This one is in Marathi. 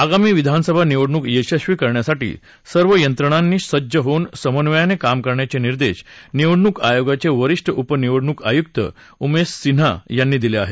आगामी विधानसभा निवडणूक यशस्वी करण्यासाठी सर्व यंत्रणांनी सज्ज होऊन समन्वयाने काम करण्याचे निर्देश निवडणूक आयोगाचे वरिष्ठ उप निवडणूक आयुक्त उमेश सिन्हा यांनी दिले आहेत